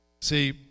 See